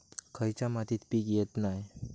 खयच्या मातीत पीक येत नाय?